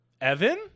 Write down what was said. Evan